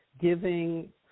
giving